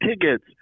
tickets